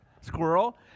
squirrel